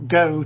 go